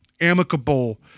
amicable